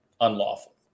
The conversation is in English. unlawful